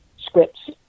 scripts